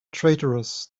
traitorous